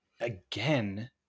again